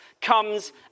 comes